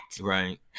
Right